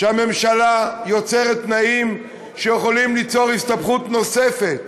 שהממשלה יוצרת תנאים שיכולים ליצור הסתבכות נוספת.